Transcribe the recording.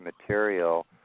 material